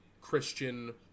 Christian